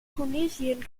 tunesien